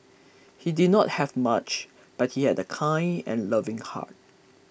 he did not have much but he had a kind and loving heart